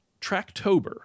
Tracktober